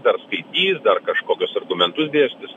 dar skaitys dar kažkokius argumentus dėstys